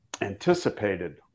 anticipated